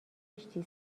کشتی